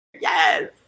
Yes